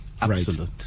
Absolute